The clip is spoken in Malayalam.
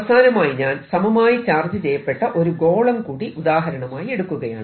അവസാനമായി ഞാൻ സമമായി ചാർജ് ചെയ്യപ്പെട്ട ഒരു ഗോളം കൂടി ഉദാഹരണമായി എടുക്കുകയാണ്